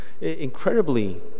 incredibly